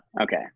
okay